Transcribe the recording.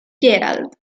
gerald